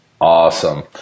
awesome